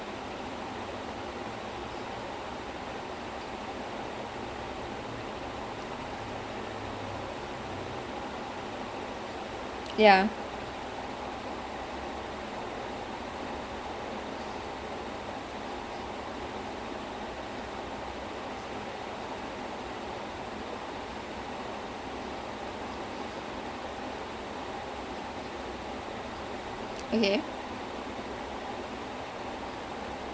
so that ya so that show really made him to a star he is right so then afterwards he in that show like he நீ இப்ப சொல்லிட்டு இருந்தல்ல:nee ippa sollitu irunthalla like full circle so the full circle வந்து இங்க என்ன நடக்குன்னா:vanthu inga enna nadakunnaa he will because lah the premise of the show is that அவன் வந்து:avan vanthu his uh his he gets into a fight in philadelphia so then his mum decides to send them off to bel air which is in los angeles so to live with the uncle who's a millionaire lawyer